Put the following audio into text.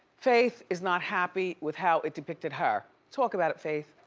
faith is not happy with how it depicted her. talk about it, faith.